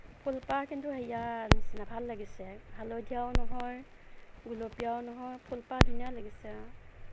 ফুলপাহ কিন্তু হেৰিয়াৰ নিছিনা ভাল লাগিছে হালধীয়াও নহয় গুলপীয়াও নহয় ফুলপাহ ধুনীয়া লাগিছে